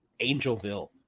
Angelville